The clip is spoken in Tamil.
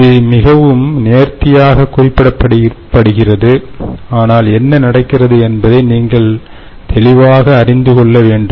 இது மிகவும் நேர்த்தியாக குறிப்பிடப்படுகிறது ஆனால் என்ன நடக்கிறது என்பதை நீங்கள் தெளிவாக அறிந்து கொள்ள வேண்டும்